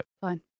Fine